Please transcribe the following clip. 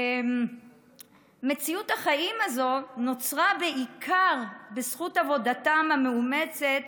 מציאות החיים נוצרה בעיקר בזכות עבודתם המאומצת